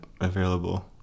available